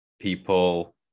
people